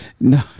No